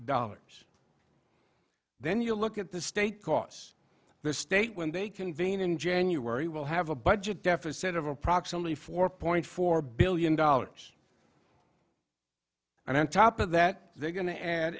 dollars then you look at the state because the state when they convene in january will have a budget deficit of approximately four point four billion dollars and on top of that they're go